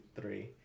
three